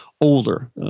older